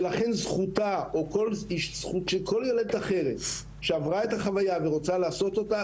לכן זכותה וזכותה של כל יולדת אחרת שעברה את החוויה ורוצה לעשות אחרת,